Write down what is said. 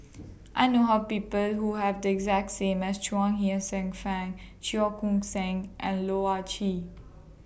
I know People Who Have The exact same as Chuang Hsueh Fang Cheong Koon Seng and Loh Ah Chee